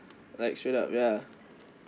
like ya